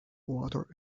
water